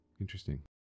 Interesting